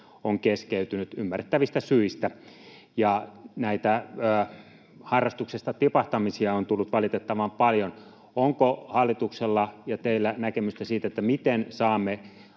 on keskeytynyt ymmärrettävistä syistä ja näitä harrastuksista tipahtamisia on tullut valitettavan paljon. Onko hallituksella ja teillä näkemystä siitä, miten saamme